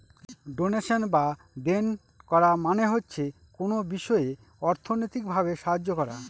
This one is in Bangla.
ডোনেশন বা দেন করা মানে হচ্ছে কোনো বিষয়ে অর্থনৈতিক ভাবে সাহায্য করা